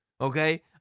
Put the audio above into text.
Okay